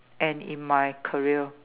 and in my career